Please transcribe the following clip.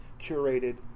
curated